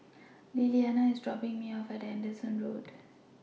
Lillianna IS dropping Me off At Anderson Road